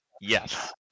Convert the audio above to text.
Yes